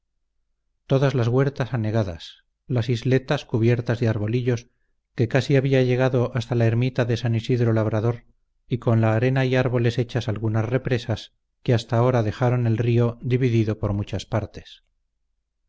todas las huertas anegadas las isletas cubiertas de arbolillos que casi había llegado hasta la ermita de san isidro labrador y con la arena y árboles hechas algunas represas que hasta ahora dejaron el río dividido por muchas partes